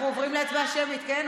אנחנו עוברים להצבעה שמית, כן.